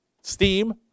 steam